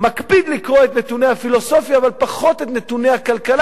מקפיד לקרוא את נתוני הפילוסופיה אבל פחות את נתוני הכלכלה.